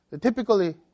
Typically